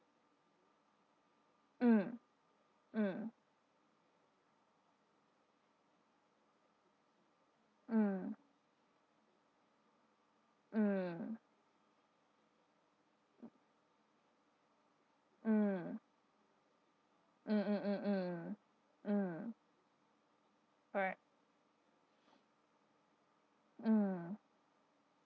mm mm mm mm mm mm mm mm mm mm correct mm